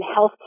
healthcare